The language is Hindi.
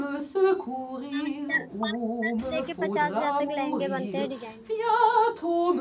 चार हज़ार चार हज़ार से लेकर पचास हज़ार तक लहंगे बनते हैं डिजाइनर